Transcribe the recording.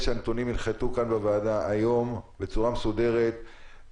שהנתונים ינחתו כאן בוועדה היום בצורה מסודרת,